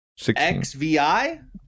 XVI